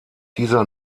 dieser